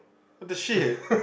what the shit